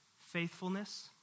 Faithfulness